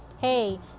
Hey